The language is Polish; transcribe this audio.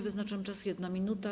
Wyznaczam czas - 1 minuta.